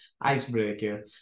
icebreaker